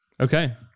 Okay